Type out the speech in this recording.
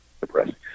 depressing